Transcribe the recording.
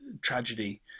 tragedy